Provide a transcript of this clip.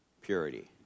purity